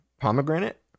Pomegranate